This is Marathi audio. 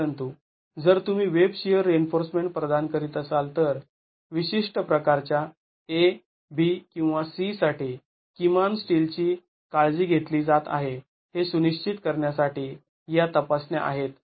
परंतु जर तुम्ही वेब शिअर रिइन्फोर्समेंट प्रदान करीत असाल तर विशिष्ट प्रकारच्या A B किंवा C साठी किमान स्टीलची काळजी केली जात आहे हे सुनिश्चित करण्यासाठी या तपासण्या आहेत